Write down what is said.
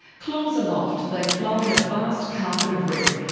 claws aloft they flow in a vast carpet of red,